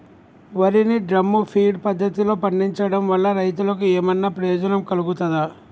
వరి ని drum feed పద్ధతిలో పండించడం వల్ల రైతులకు ఏమన్నా ప్రయోజనం కలుగుతదా?